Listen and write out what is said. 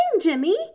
Jimmy